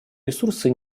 ресурсы